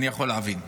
אני יכול להבין.